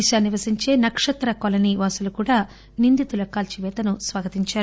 దిశ నివసించే నక్షత్ర కాలనీవాసులు కూడా నిందితుల కాల్సిపేతను స్వాగతించారు